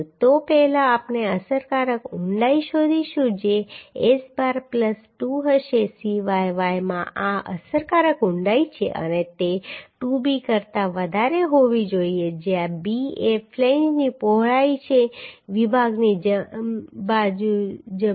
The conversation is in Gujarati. તો પહેલા આપણે અસરકારક ઊંડાઈ શોધીશું જે S bar પ્લસ 2 હશે Cyy માં આ અસરકારક ઊંડાઈ છે અને તે 2b કરતા વધારે હોવી જોઈએ જ્યાં b એ ફ્લેંજની પહોળાઈ છે વિભાગની